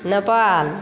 Nepal